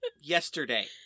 Yesterday